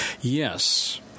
yes